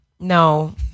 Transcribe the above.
No